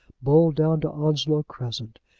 bowled down to onslow crescent.